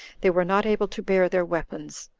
they were not able to bear their weapons.